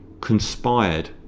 conspired